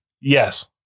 Yes